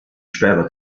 sperre